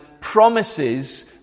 promises